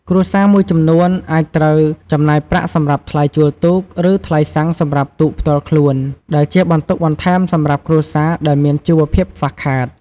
គ្រួសារមួយចំនួនអាចត្រូវចំណាយប្រាក់សម្រាប់ថ្លៃជួលទូក ឬថ្លៃសាំងសម្រាប់ទូកផ្ទាល់ខ្លួន ដែលជាបន្ទុកបន្ថែមសម្រាប់គ្រួសារដែលមានជីវភាពខ្វះខាត។